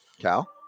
Cal